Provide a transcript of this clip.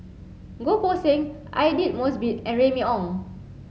Goh Poh Seng Aidli Mosbit and Remy Ong